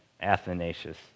Athanasius